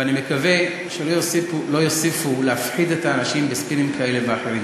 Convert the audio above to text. ואני מקווה שלא יוסיפו להפחיד את האנשים בספינים כאלה ואחרים.